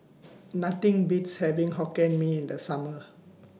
Nothing Beats having Hokkien Mee in The Summer